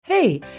Hey